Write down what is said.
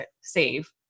save